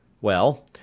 Well